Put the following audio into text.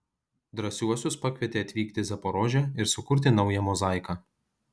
drąsiuosius pakvietė atvykti į zaporožę ir sukurti naują mozaiką